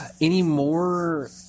Anymore